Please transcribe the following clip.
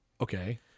okay